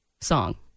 song